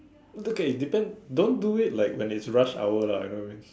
okay it depends don't do it like when it's rush hour lah you know really